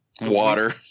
water